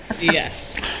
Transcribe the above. Yes